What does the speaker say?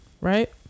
right